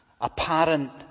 apparent